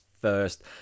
first